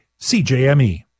CJME